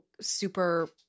super